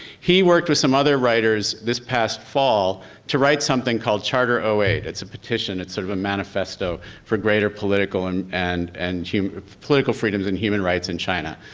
he worked with some other writers this past fall to write something called charter um eight. it's a petition. it's sort of a manifesto for greater political and and and political freedoms and human rights in china.